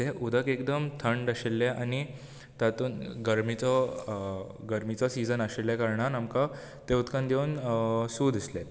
तें उदक एकदम थंड आशिल्ले आनी तातून गर्मीचो गर्मीचो सीजन आशिल्ल्या कारणान आमकां त्या उदकान देवून सू दिसलें